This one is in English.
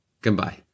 Goodbye